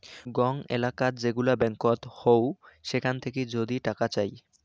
গং এলেকাত যেগুলা ব্যাঙ্কত হউ সেখান থাকি যদি টাকা চাই